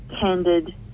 candid